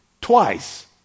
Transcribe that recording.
twice